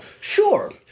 Sure